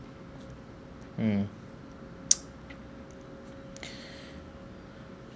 mm